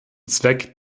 zweck